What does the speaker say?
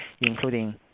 including